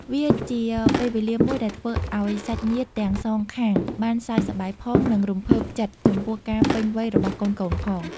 វាជាពេលវេលាមួយដែលធ្វើឱ្យសាច់ញាតិទាំងសងខាងបានសើចសប្បាយផង និងរំភើបចិត្តចំពោះការពេញវ័យរបស់កូនៗផង